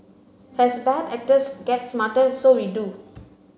as bad actors get smarter so we do